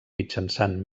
mitjançant